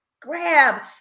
grab